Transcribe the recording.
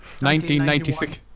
1996